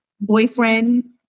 boyfriend